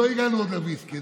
לא הגענו עוד לוויסקי.